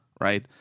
right